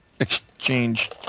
exchange